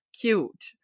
cute